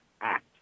act